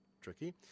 tricky